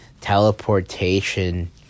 teleportation